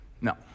no